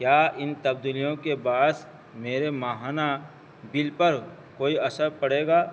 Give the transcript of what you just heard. کیا ان تبدیلیوں کے باعث میرے ماہانہ بل پر کوئی اثر پڑے گا